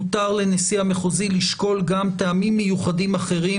מותר לנשיא המחוזי לשקול גם טעמים מיוחדים אחרים.